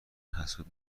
حسود